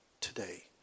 today